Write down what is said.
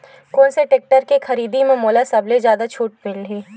कोन से टेक्टर के खरीदी म मोला सबले जादा छुट मिलही?